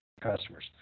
customers